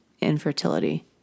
infertility